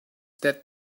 that